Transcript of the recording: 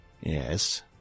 Yes